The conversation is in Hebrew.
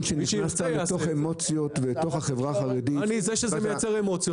שנכנסת לתוך אמוציות ולתוך החברה החרדית --- אני מבין שזה מייצר אמוציות.